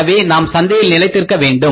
எனவே நாம் சந்தையில் நிலைத்திருக்க வேண்டும்